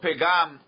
pegam